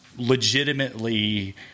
legitimately